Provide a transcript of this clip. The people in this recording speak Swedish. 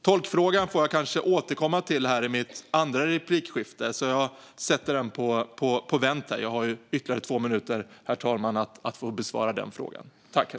Tolkfrågan får jag kanske återkomma till i min andra replik. Jag sätter alltså den på vänt, herr talman - jag har ytterligare två minuter på mig att besvara frågan i nästa inlägg.